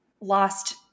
lost